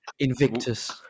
Invictus